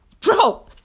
Bro